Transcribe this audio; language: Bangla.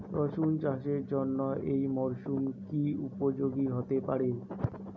রসুন চাষের জন্য এই মরসুম কি উপযোগী হতে পারে?